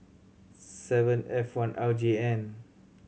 seven F one R J N